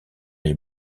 les